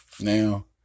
Now